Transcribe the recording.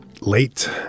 late